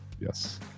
yes